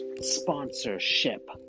Sponsorship